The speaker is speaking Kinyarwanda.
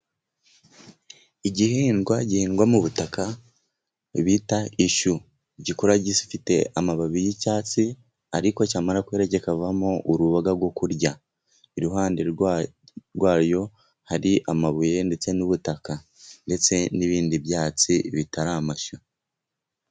Igihingwa gihingwa m'ubutaka bita ishyu, gikura gifite amababi y'icyatsi ariko cyamara gukura gkikavamo uruboga rwo kurya. Iruhande rwaryo hari amabuye ndetse n'ubutaka, ndetse n'ibindi byatsi bitari amashyu.